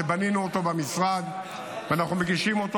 שבנינו אותו במשרד ואנחנו מגישים אותו,